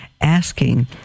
asking